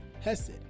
hesed